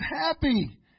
happy